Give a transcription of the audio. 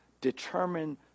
Determine